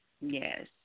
Yes